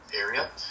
area